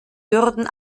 würden